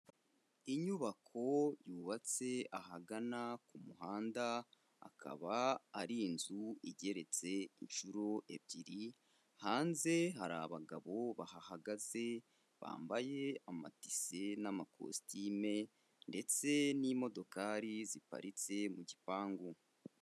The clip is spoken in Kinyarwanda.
Inyubako yubatse ahagana ku muhanda, akaba ari inzu igeretse inshuro ebyiri, hanze hari abagabo bahagaze, bambaye amatise n'amakositime, ndetse n'imodokari ziparitse mu gipangu.